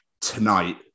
tonight